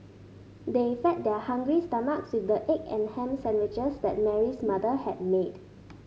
they fed their hungry stomachs with the egg and ham sandwiches that Mary's mother had made